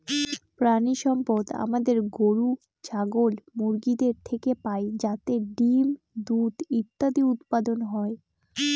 প্রানীসম্পদ আমাদের গরু, ছাগল, মুরগিদের থেকে পাই যাতে ডিম, দুধ ইত্যাদি উৎপাদন হয়